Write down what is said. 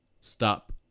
stop